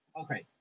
Okay